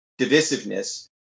divisiveness